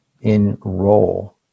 enroll